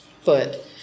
foot